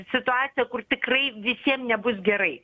situaciją kur tikrai visiem nebus gerai